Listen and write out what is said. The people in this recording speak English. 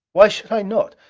why should i not?